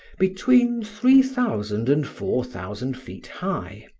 between three thousand and four thousand feet high,